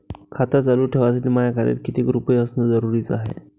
खातं चालू ठेवासाठी माया खात्यात कितीक रुपये असनं जरुरीच हाय?